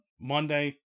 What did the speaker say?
Monday